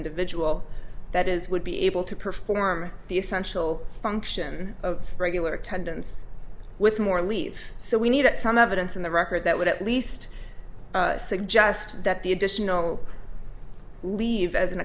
individual that is should be able to perform the essential function of regular attendance with more leave so we need it some evidence in the record that would at least suggest that the additional leave as an